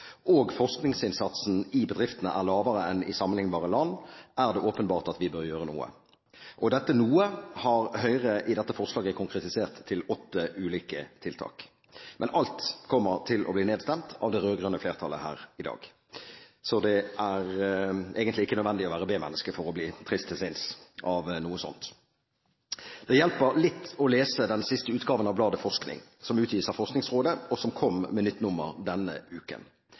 og forskningsinnsatsen i bedriftene er lavere enn i sammenlignbare land, er det åpenbart at vi bør gjøre noe. Dette «noe» har Høyre i dette forslaget konkretisert til åtte ulike tiltak, men alt kommer til å bli nedstemt av det rød-grønne flertallet her i dag. Så det er egentlig ikke nødvendig å være b-menneske for å bli trist til sinns av noe sånt. Det hjelper litt å lese den siste utgaven av Bladet Forskning, som utgis av Forskningsrådet. Det kom med nytt nummer denne uken.